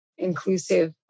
Inclusive